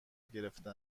گرفته